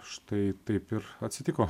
štai taip ir atsitiko